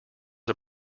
was